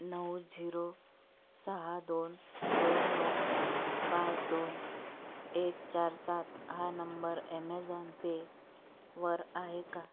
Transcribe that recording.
नऊ झिरो सहा दोन दोन नऊ पाच दोन एक चार सात हा नंबर ॲमेझॉन पेवर आहे का